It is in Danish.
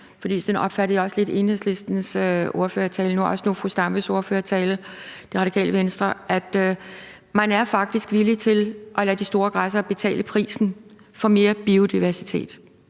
for sådan opfattede jeg lidt Enhedslistens ordførers tale og også nu fru Zenia Stampe fra Radikale Venstres ordførertale: Man er faktisk villig til at lade de store græssere betale prisen for mere biodiversitet.